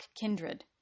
kindred